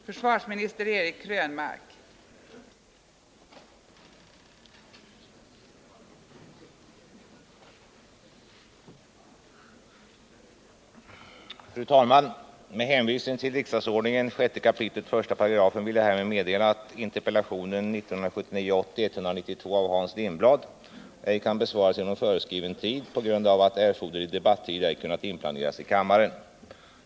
Fru talman! Med hänvisning till riksdagsordningen 6 kap. 1 § vill jag härmed meddela att interpellation 1979/80:192 av Hans Lindblad ej kan besvaras inom föreskriven tid på grund av att erforderlig debattid ej kunnat inplaneras i kammaren.